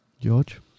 George